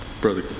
Brother